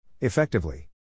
Effectively